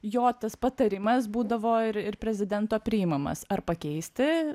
jo tas patarimas būdavo ir ir prezidento priimamas ar pakeisti